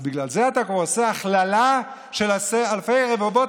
אז בגלל זה אתה עושה הכללה של אלפי ורבבות